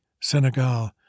Senegal